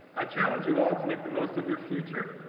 i challenge you all to make the most of your future,